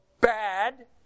bad